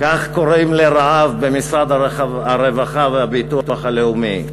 כך קוראים לרעב במשרד הרווחה והביטוח הלאומי,